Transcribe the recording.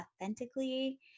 authentically